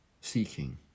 seeking